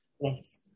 Yes